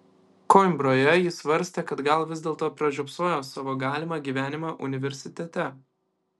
koimbroje jis svarstė kad gal vis dėlto pražiopsojo savo galimą gyvenimą universitete